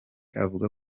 avuga